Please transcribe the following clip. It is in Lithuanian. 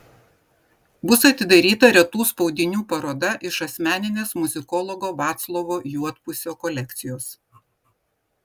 bus atidaryta retų spaudinių paroda iš asmeninės muzikologo vaclovo juodpusio kolekcijos